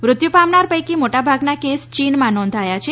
મૃત્યુ પામનાર પૈકી મોટાભાગના કેસ ચીનમાં નોંધાયા છે